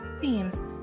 themes